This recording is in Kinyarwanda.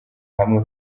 hamwe